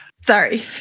Sorry